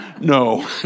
No